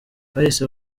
bahise